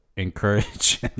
encourage